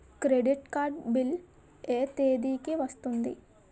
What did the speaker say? Credit card bill ఎ తేదీ కి వస్తుంది?